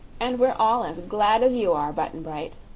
and we're all as glad as you are, button-bright.